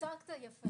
יוצגת יפה.